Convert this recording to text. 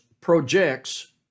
projects